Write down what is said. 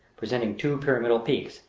presenting two pyramidal peaks,